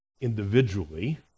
individually